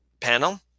panel